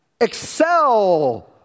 excel